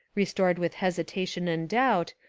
restored with hesitation and doubt,